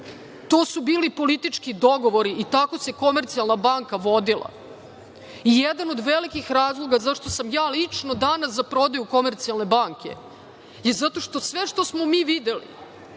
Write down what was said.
su bili politički dogovori i tako se „Komercijalna banka“ vodila i jedan od velikih razloga zašto sam ja lično danas za prodaju „Komercijalne banke“ je zato što sve što smo mi videli